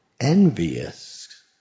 envious